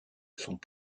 sont